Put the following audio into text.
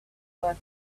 work